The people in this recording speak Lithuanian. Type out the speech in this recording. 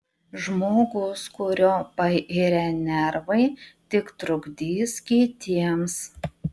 žmogus kurio pairę nervai tik trukdys kitiems